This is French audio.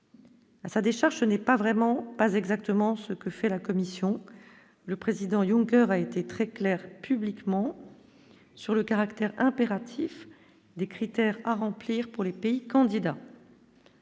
à sa décharge, ce n'est pas vraiment pas exactement ce que fait la Commission, le président Junker a été très clair publiquement sur le caractère impératif des critères à remplir pour les pays candidats.